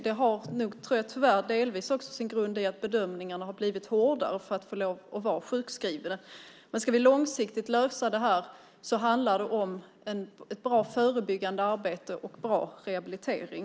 Det har nog tyvärr delvis sin grund i att bedömningarna för att få lov att vara sjukskriven har blivit hårdare. Ska vi lösa detta långsiktigt handlar det om ett bra förebyggande arbete och bra rehabilitering.